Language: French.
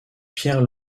pierre